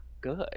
good